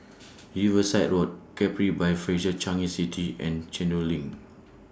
Riverside Road Capri By Fraser Changi City and LINK